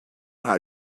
how